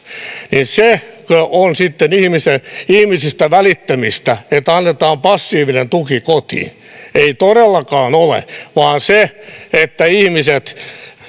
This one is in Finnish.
sekö on sitten ihmisistä välittämistä että annetaan passiivinen tuki kotiin ei todellakaan ole vaan se että